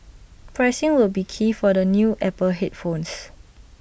pricing will be key for the new Apple headphones